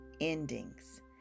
endings